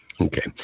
Okay